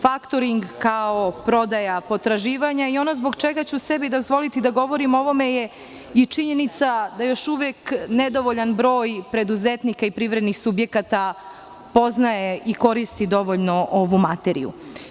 Faktoring kao prodaja potraživanja, i ono zbog čega ću sebi dozvoliti da govorim o ovome je, činjenica da još uvek nedovoljan broj preduzetnika i privrednih subjekata poznaje i koristi dovoljno ovu materiju.